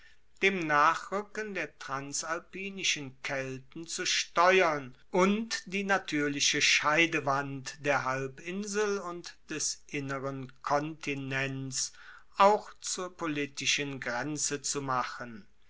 dem nachruecken der transalpinischen kelten zu steuern und die natuerliche scheidewand der halbinsel und des inneren kontinents auch zur politischen grenze zu machen